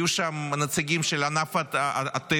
יהיו שם נציגים של ענף התיירות,